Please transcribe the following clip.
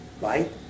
right